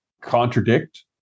contradict